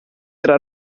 era